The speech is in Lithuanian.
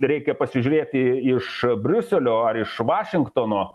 reikia pasižiūrėti iš briuselio ar iš vašingtono